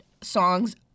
songs